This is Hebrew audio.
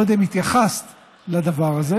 אני לא יודע אם התייחסת לדבר הזה.